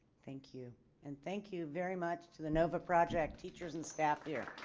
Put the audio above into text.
thank you and thank you very much to the nova project teachers and staff here.